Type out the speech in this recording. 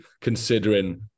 considering